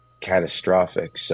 catastrophic